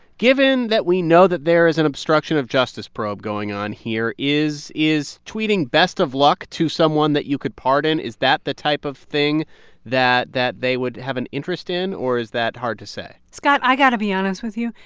given that we know that there is an obstruction of justice probe going on here, is is tweeting, best of luck, to someone that you could pardon is that the type of thing that that they would have an interest in, or is that hard to say? scott, i got to be honest with you.